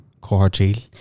Cordial